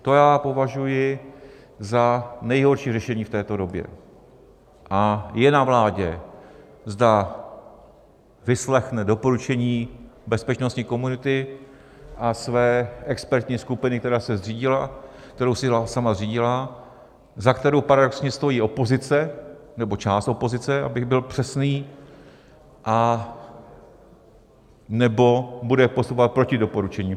To považuji za nejhorší řešení v této době a je na vládě, zda vyslechne doporučení bezpečnostní komunity a své expertní skupiny, která se zřídila, kterou si sama zřídila, za kterou paradoxně stojí opozice nebo část opozice, abych byl přesný, anebo bude postupovat proti doporučení.